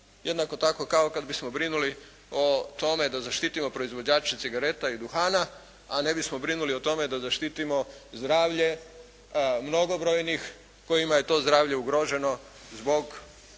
jednako tako kad bismo brinuli o tome da zaštitimo proizvođače cigareta i duhana, a ne bismo brinuli o tome da zaštitimo zdravlje mnogobrojnih kojima je to zdravlje ugroženo zbog